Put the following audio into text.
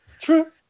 True